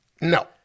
No